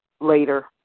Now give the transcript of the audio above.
later